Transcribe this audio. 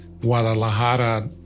Guadalajara